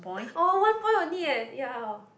oh one point only eh ya orh